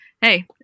Hey